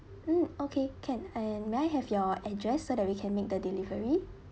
mm okay can and may I have your address so that we can make the delivery